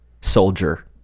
soldier